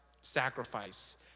sacrifice